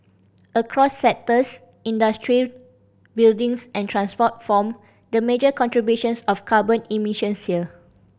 across sectors industry buildings and transport form the major contributors of carbon emissions here